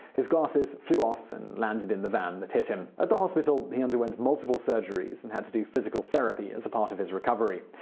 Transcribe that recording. his glasses flew off, and landed in the van that hit him. at the hospital, he underwent multiple surgeries and had to do physical therapy as part of his recovery.